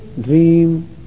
dream